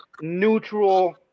neutral